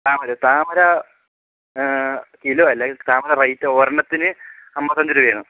താമരയോ താമര കിലോ അല്ല താമര റേറ്റ് ഒരെണ്ണത്തിന് അമ്പത്തഞ്ച് രൂപയാണ്